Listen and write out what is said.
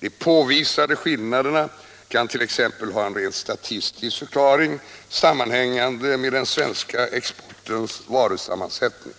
De påvisade skillnaderna kan t.ex. ha en rent statistisk förklaring sammanhängande med den svenska exportens varusammansättning.